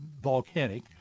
volcanic